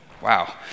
Wow